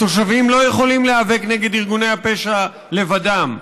התושבים לא יכולים להיאבק נגד ארגוני הפשע לבדם.